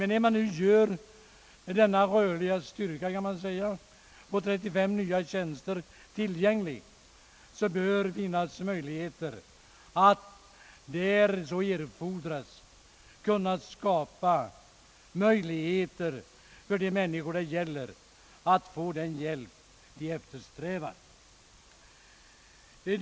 När nu den rörliga styrkan på 35 nya tjänstemän blir tillgänglig, bör det dock finnas möjligheter att där så erfordras ge de människor det gäller den hjälp som de eftersträvar.